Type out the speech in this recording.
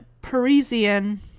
Parisian